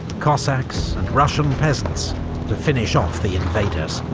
cossacks and russian peasants to finish off the invaders.